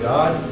God